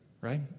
right